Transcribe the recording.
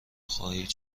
خواهید